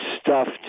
stuffed